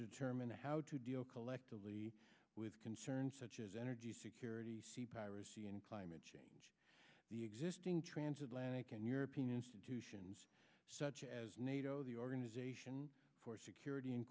determine how to deal collectively with concerns such as energy security and climate change the existing trans atlantic and european institutions such as nato the organization for security and